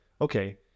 okay